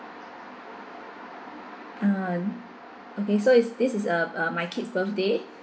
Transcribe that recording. uh okay so is this is uh uh my kid's birthday